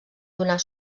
donar